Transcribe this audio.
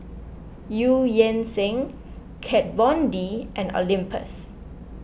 Eu Yan Sang Kat Von D and Olympus